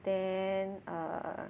then err